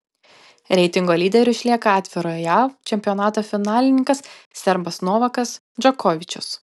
reitingo lyderiu išlieka atvirojo jav čempionato finalininkas serbas novakas džokovičius